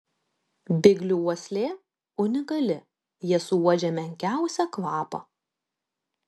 biglių uoslė unikali jie suuodžia menkiausią kvapą